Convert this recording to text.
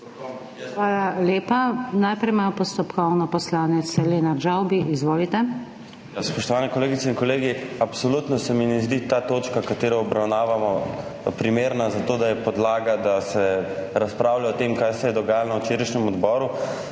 Hvala lepa. Najprej ima postopkovno poslanec Lenart Žavbi. Izvolite. LENART ŽAVBI (PS Svoboda): Spoštovani kolegice in kolegi! Absolutno se mi ne zdi ta točka, ki jo obravnavamo, primerna za to, da je podlaga, da se razpravlja o tem, kaj se je dogajalo na včerajšnjem odboru.